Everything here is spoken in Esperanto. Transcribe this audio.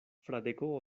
fradeko